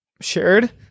shared